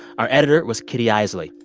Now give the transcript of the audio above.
our editor was kitty eisele.